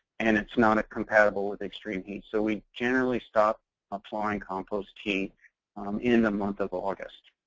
and it's not compatible with extreme heat. so we generally stop applying compost tea in the month of august.